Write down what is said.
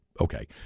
Okay